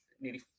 nearly